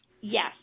Yes